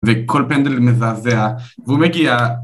וכל פנדל מזעזע והוא מגיע...